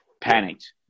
panicked